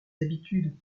habitudes